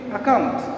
Account